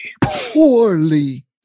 Poorly